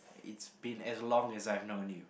it's been as long as I've known you